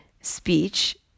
speech